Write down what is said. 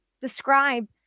describe